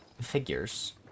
figures